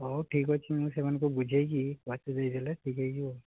ହେଉ ଠିକ୍ ଅଛି ମୁଁ ସେମାନଙ୍କୁ ବୁଝାଇକରି ପାଟି ଦେଇଦେଲେ ଠିକ୍ ହୋଇଯିବ ଆଉ